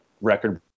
record